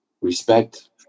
respect